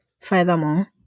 Furthermore